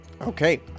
Okay